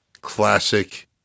classic